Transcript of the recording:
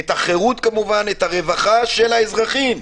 את החירות, כמובן, של האזרחים.